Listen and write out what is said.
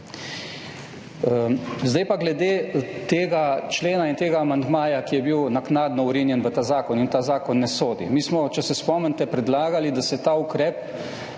Zdaj pa glede tega člena in tega amandmaja, ki je bil naknadno vrinjen v ta zakon in v ta zakon ne sodi. Mi smo, če se spomnite, predlagali, da se ta ukrep